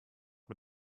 mit